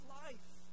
life